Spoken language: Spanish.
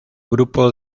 grupo